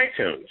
iTunes